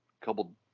couple